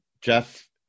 Jeff